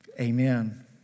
amen